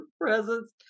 presents